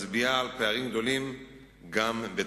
מצביעה על פערים גדולים גם בתוכם.